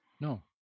No